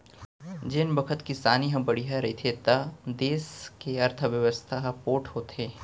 जेन बखत किसानी ह बड़िहा रहिथे त देस के अर्थबेवस्था ह पोठ होथे